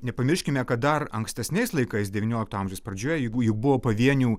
nepamirškime kad dar ankstesniais laikais devyniolikto amžiaus pradžioje jeigu jų buvo pavienių